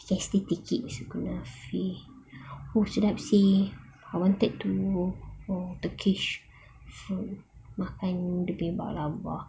festive tickets kunafe oh sedap seh I wanted to go oh turkish food makan dia punya baklava